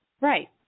Right